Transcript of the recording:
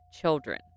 children